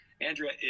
andrea